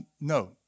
No